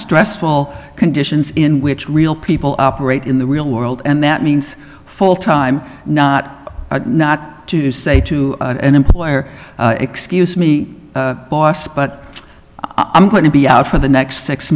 stressful conditions in which real people operate in the real world and that means full time not not to say to an employer excuse me boss but i'm going to be out for the next six